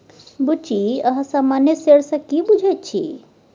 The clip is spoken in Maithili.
बुच्ची अहाँ सामान्य शेयर सँ की बुझैत छी?